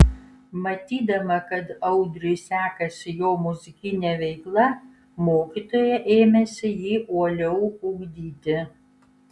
matydama kad audriui sekasi jo muzikinė veikla mokytoja ėmėsi jį uoliau ugdyti